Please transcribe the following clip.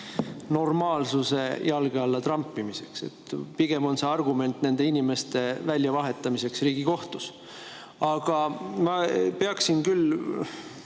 normaalsuse jalge alla trampimiseks. Pigem on see argument nende inimeste väljavahetamiseks Riigikohtus. Aga jah, ma